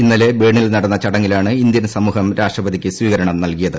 ഇന്നലെ ബേണിൽ നടന്ന ചടങ്ങിലാണ് ഇന്ത്യൻ സമൂഹം രാഷ്ട്രപതിക്ക് സ്വീകരണം നൽകിയത്